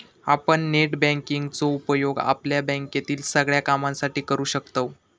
आपण net banking चो उपयोग आपल्या बँकेतील सगळ्या कामांसाठी करू शकतव